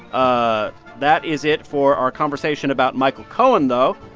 ah that is it for our conversation about michael cohen, though.